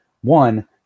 One